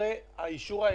אחרי האישור העקרוני.